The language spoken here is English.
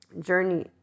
journey